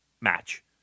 match